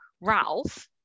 Ralph